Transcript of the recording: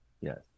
Yes